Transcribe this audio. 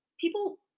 people